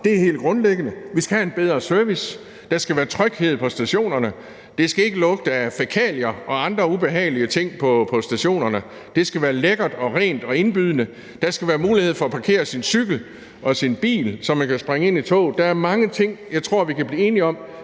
Det er helt grundlæggende; vi skal have en bedre service, der skal være tryghed på stationerne, der skal ikke lugte af fækalier og andre ubehagelige ting på stationerne, men der skal være lækkert og rent og indbydende, og der skal være mulighed for at parkere sin cykel og sin bil, så man kan springe ind i toget. Der er mange ting, jeg tror vi kan blive enige om,